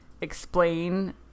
explain